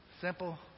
Simple